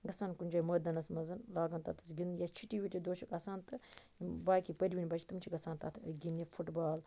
گَژھان کُنہِ جایہِ مٲدانَس مَنز لاگَان تَتس گِندن یا چھُٹی وُٹی دۄہ چھُکھ آسان تہٕ باقی پرۍوٕنۍ بَچہِ تِم چھِ گَژھان تَتھ گِنٛدنہِ فُٹ بال